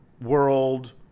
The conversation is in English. world